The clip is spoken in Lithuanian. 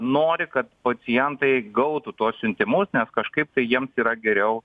nori kad pacientai gautų tuos siuntimus nes kažkaip tai jiems yra geriau